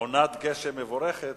גשם מבורכת